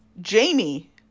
Jamie